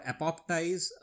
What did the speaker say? apoptize